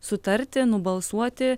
sutarti nubalsuoti